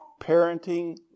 parenting